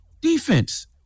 defense